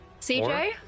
CJ